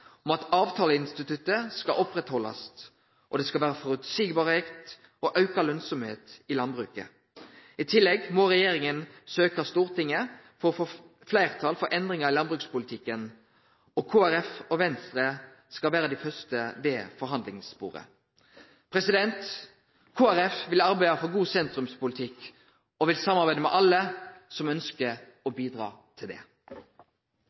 om at avtaleinstituttet skal bli ført vidare, politikken skal vere føreseieleg, og ein skal ha auka lønsemd i landbruket. I tillegg må regjeringa søkje Stortinget for å få fleirtal for endringar i landbrukspolitikken, og Kristeleg Folkeparti og Venstre skal vere dei første ved forhandlingsbordet. Kristeleg Folkeparti vil arbeide for god sentrumspolitikk og vil samarbeide med alle som ønskjer å bidra til det.